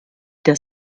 der